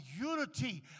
unity